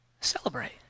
Celebrate